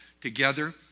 together